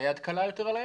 היד קלה יותר על ההדק.